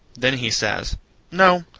then he says no,